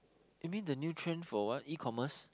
you mean the nutrient for what E-commerce